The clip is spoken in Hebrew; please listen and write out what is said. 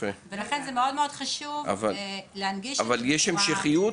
לכן זה מאוד מאוד חשוב להדגיש --- אבל האם ישנה המשכיות?